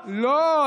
לא,